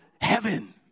heaven